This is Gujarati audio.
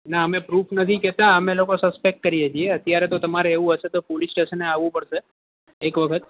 ના અમે પ્રૂફ નથી કહેતા અમે લોકો સસ્પેક્ટ કરીએ છીએ અત્યારે તો તમારે એવું હશે તો પોલીસ સ્ટેશને આવવું પડશે એક વખત